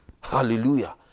Hallelujah